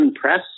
Press